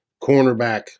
cornerback